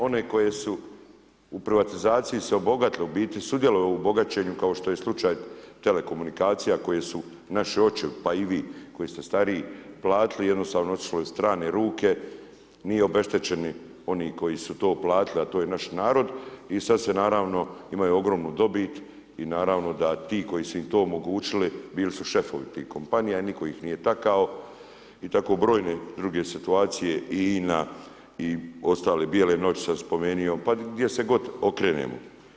Oni koji su u privatizaciji se obogatili, u biti sudjelovali u bogaćenju kao što je slučaj telekomunikacija koje su naši očevi, pa i vi, koji ste stariji, platili, jednostavno otišlo je u strane ruke, nisu obeštećeni oni koji su to platili a to je naš narod i sad se naravno, imaju ogromnu dobit i naravno da ti koji su im to omogućili, bili su šefovi tim kompanija i nitko ih nije takao i tako brojne druge situacije i INA i ostale bijele noći sam spomenuo, pa gdje se god okrenemo.